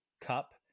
cup